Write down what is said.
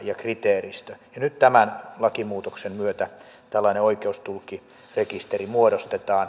ja nyt tämän lakimuutoksen myötä tällainen oikeustulkkirekisteri muodostetaan